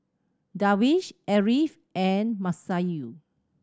Darwish Ariff and Masayu